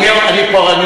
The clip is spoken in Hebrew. אני מדבר על המשטרה.